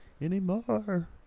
anymore